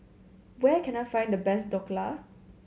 where can I find the best Dhokla